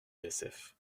l’isf